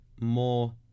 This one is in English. more